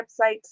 websites